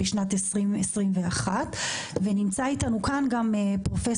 בשנת 2021. נמצא אתנו כאן גם פרופ'